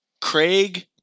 Craig